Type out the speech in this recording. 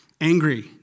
angry